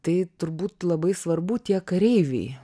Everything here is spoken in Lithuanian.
tai turbūt labai svarbu tie kareiviai